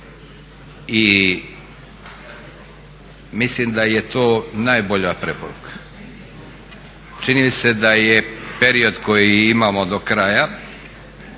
i mislim da je to najbolja preporuka. Čini mi se da je period koji imamo do kraja